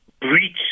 Breach